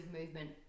movement